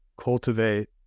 cultivate